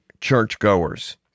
churchgoers